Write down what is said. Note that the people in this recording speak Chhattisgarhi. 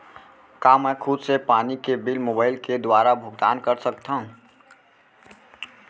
का मैं खुद से पानी के बिल मोबाईल के दुवारा भुगतान कर सकथव?